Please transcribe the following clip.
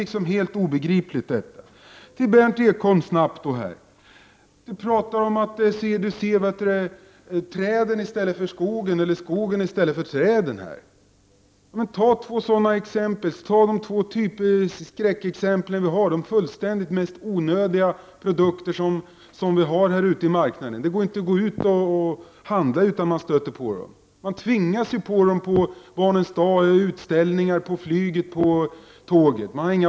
Det är helt obegripligt. Berndt Ekholm pratar om att inte se skogen för alla träd. Jag kan nämna två skräckexempel, de mest onödiga produkter som vi har på marknaden. = Prot. 1989/90:114 Man kan inte gå ut och handla utan att stöta på dem. Man påtvingas dem, 3 maj 1990 på Barnens dag, utställningar, på flyget och på tåget.